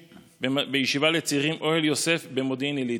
בישיבה לצעירים אוהל יוסף במודיעין עילית.